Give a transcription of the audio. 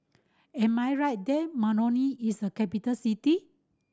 am I right that Moroni is a capital city